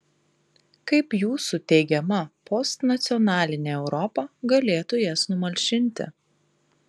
kaip jūsų teigiama postnacionalinė europa galėtų jas numalšinti